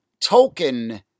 token